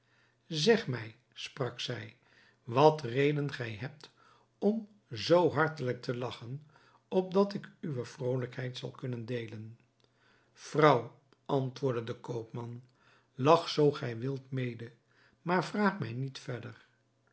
zeg mij sprak zij wat reden gij hebt om zoo hartelijk te lagchen opdat ik in uwe vrolijkheid zal kunnen deelen vrouw antwoordde de koopman lach zoo gij wilt mede maar vraag mij niet verder